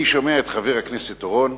אני שומע את חבר הכנסת אורון,